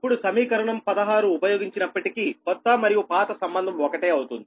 ఇప్పుడు సమీకరణం 16 ఉపయోగించినప్పటికీ కొత్త మరియు పాత సంబంధం ఒకటే అవుతుంది